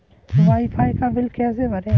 Wi fi का bill कैसे भरें?